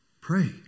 Pray